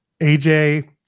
AJ